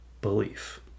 belief